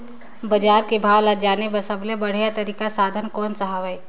बजार के भाव ला जाने बार सबले बढ़िया तारिक साधन कोन सा हवय?